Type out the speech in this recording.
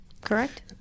correct